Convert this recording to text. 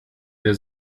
der